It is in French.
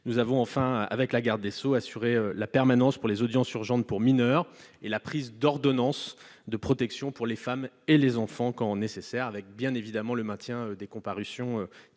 Nous avons enfin, avec la garde des sceaux, assuré la permanence pour les audiences urgentes pour mineurs et la prise d'ordonnances de protection pour les femmes et les enfants quand c'est nécessaire, ainsi que le maintien des comparutions